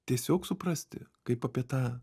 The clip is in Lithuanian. tiesiog suprasti kaip apie tą